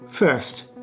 First